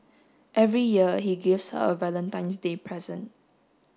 every year he gives her a Valentine's Day present